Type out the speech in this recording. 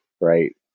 right